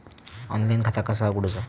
Online खाता कसा उगडूचा?